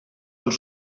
els